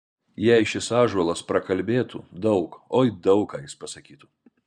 jei šis ąžuolas prakalbėtų daug oi daug ką jis pasakytų